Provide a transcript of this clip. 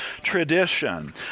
tradition